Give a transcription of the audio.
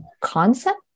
concept